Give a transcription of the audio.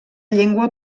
llengua